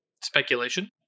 Speculation